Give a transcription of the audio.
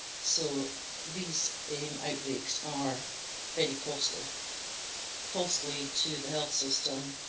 so these outbreaks are very costly costly to the health system,